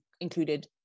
included